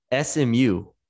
SMU